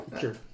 sure